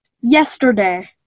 yesterday